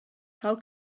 how